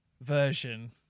version